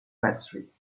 pastries